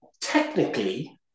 technically